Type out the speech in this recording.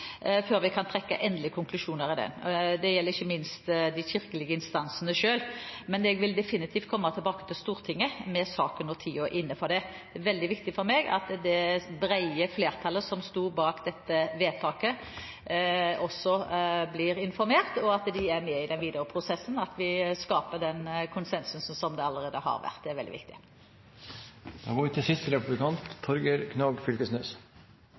før vi kan trekke endelige konklusjoner i den. Det gjelder ikke minst de kirkelige instansene selv. Men jeg vil definitivt komme tilbake til Stortinget med saken når tiden er inne for det. Det er veldig viktig for meg at det brede flertallet som sto bak dette vedtaket, også blir informert, og at de er med i den videre prosessen. At vi skaper den konsensusen som allerede har vært, er veldig viktig. Eg ønskjer å følgje opp det spørsmålet eg begynte på her i stad. Vi